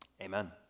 amen